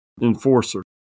enforcer